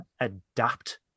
adapt